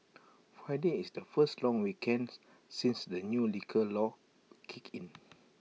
Friday is the first long weekend since the new liquor laws kicked in